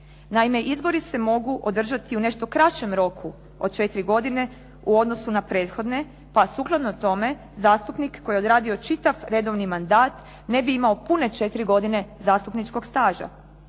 Naime izbori se mogu održati u nešto kraćem roku od četiri godine u odnosu na prethodne, pa sukladno tome zastupnik koji je odradio čitav redovni mandat ne bi imao pune četiri godine zastupničkog staža.